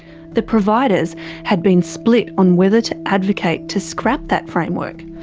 the providers had been split on whether to advocate to scrap that framework,